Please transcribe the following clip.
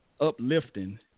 uplifting